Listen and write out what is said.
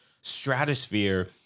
stratosphere